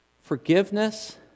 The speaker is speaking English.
forgiveness